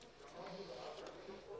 שלום,